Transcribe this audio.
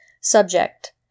Subject